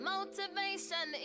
Motivation